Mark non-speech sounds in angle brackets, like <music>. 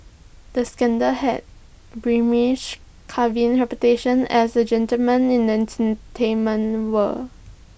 the scandal had <unintelligible> Kevin's reputation as A gentleman in an entertainment world